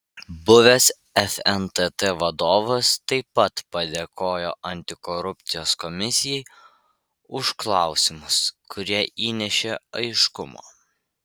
buvęs fntt vadovas taip pat padėkojo antikorupcijos komisijai už klausimus kurie įnešė aiškumo